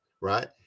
right